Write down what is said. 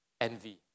envy